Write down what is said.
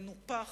מנופח,